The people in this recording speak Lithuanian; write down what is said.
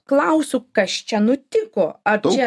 klausiu kas čia nutiko ar čia